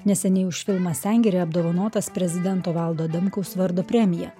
neseniai už filmą sengirė apdovanotas prezidento valdo adamkaus vardo premija